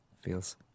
feels